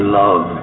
love